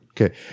okay